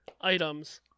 items